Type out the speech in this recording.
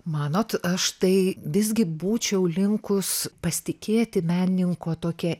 manot aš tai visgi būčiau linkus pasitikėti menininko tokia